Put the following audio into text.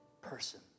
person